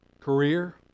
career